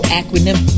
acronym